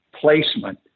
placement